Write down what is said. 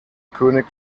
könig